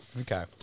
Okay